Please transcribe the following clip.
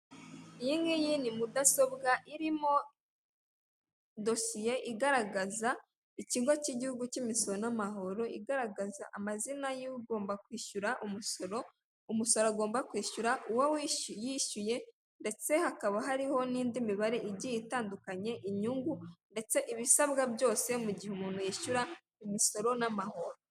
Iyi ngiyi ni mudasobwa irimo dosiye igaragaza ikigo cy'igihugu cy'imisoro n'amahoro, igaragaza amazina y'ugomba kwishyura umusoro, umusoro agomba kwishyura uwo yishyuye ndetse hakaba hariho n'indi mibare igiye itandukanye inyungu, ndetse ibisabwa byose mu gihe umuntu yishyura imisoro n'amahoro.